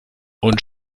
und